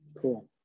Cool